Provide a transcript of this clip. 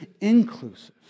inclusive